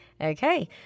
Okay